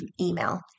email